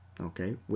okay